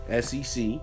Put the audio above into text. SEC